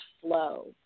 flow